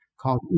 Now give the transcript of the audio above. called